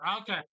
Okay